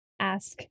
ask